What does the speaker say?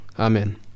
Amen